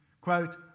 Quote